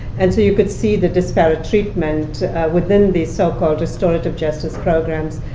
and so you can see the disparate treatment within these so-called restorative justice programs,